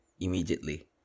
immediately